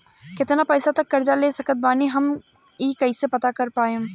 केतना पैसा तक कर्जा ले सकत बानी हम ई कइसे पता कर पाएम?